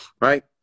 Right